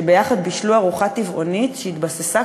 שביחד בישלו ארוחה טבעונית שהתבססה